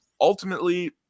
ultimately